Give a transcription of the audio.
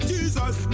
Jesus